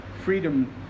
Freedom